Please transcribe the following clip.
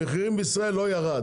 המחיר בישראל לא ירד,